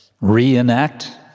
reenact